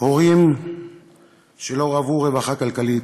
הורים שלא רוו רווחה כלכלית,